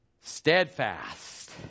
Steadfast